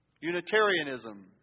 Unitarianism